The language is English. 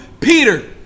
Peter